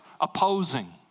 opposing